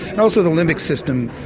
and also the limbic system,